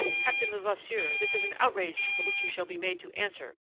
captain levasseur, this is an outrage for which you shall be made to answer.